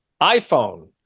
iPhone